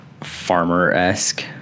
farmer-esque